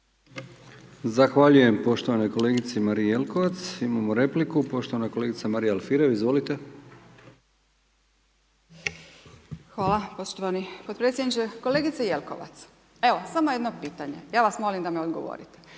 Zahvaljujem poštovanoj kolegici Mariji Jelkovac. Imamo repliku, poštovana kolegica Marija Alfirev, izvolite. **Alfirev, Marija (SDP)** Hvala poštovani potpredsjedniče. Kolegice Jelkovac, evo samo jedno pitanje, ja vas molim da mi odgovorite.